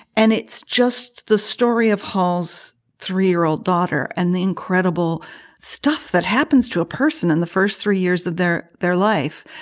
and it's just the story of hall's three year old daughter and the incredible stuff that happens to a person in the first three years that they're there life.